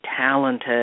talented